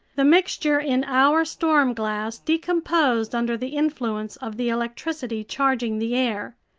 the mixture in our stormglass decomposed under the influence of the electricity charging the air.